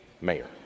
mayor